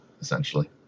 essentially